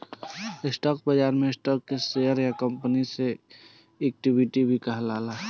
stock बाजार में stock के शेयर या कंपनी के इक्विटी भी कहाला